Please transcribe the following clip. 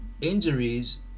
injuries